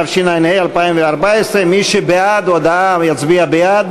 התשע"ה 2014. מי שבעד ההודעה יצביע בעד,